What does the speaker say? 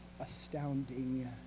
astounding